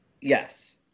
Yes